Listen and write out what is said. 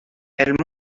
elles